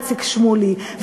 איציק שמולי,